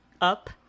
up